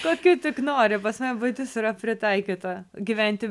kokių tik nori pas mane buitis yra pritaikyta gyventi